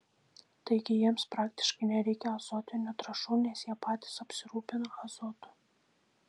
taigi jiems praktiškai nereikia azotinių trąšų nes jie patys apsirūpina azotu